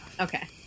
Okay